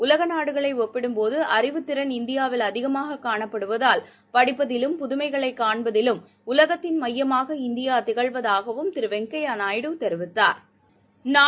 உலகநாடுகளைஒப்பிடும்போதுஅறிவுத்திறன இந்தியாவில் அதிகமாககாணப்படுவதால் படிப்பதிலும் புதுமைகளைகாண்பதிலும் உலகத்தின் மையமாக இந்தியாதிகழ்வதாகவும் திருவெங்கையாநாயுடு தெரிவித்தாா்